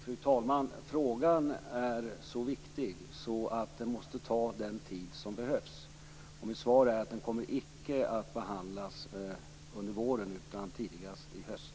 Fru talman! Frågan är så viktig att den måste ta den tid som behövs. Mitt svar är att den icke kommer att behandlas under våren, utan tidigast i höst.